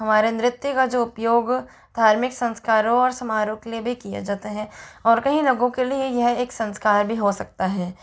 हमारे नृत्य का जो उपयोग धार्मिक संस्कारो और समारोह के लिए भी किया जाता है और कहीं लोगों के लिए यह एक संस्कार भी हो सकता है